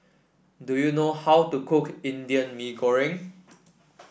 do you know how to cook Indian Mee Goreng